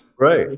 Right